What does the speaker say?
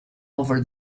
over